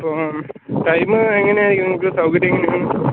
അപ്പോൾ ടൈമ് എങ്ങനെയായിരിക്കും നിങ്ങൾക്ക് സൗകര്യം എങ്ങനെയാണ്